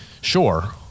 sure